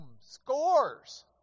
Scores